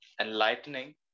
enlightening